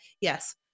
Yes